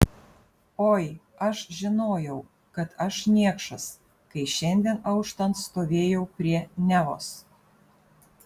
oi aš žinojau kad aš niekšas kai šiandien auštant stovėjau prie nevos